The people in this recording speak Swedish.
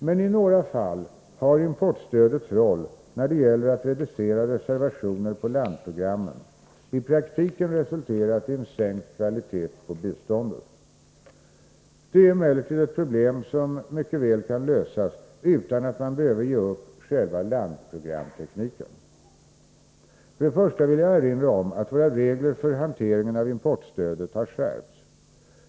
Men i några fall har importstödets roll när det gäller att reducera reservationer på landprogrammen i praktiken resulterat i en sänkt kvalitet på biståndet. Det är emellertid ett problem som mycket väl kan lösas utan att man behöver ge upp själva landprogramtekniken. För det första vill jag erinra om att våra regler för hanteringen av importstödet har skärpts.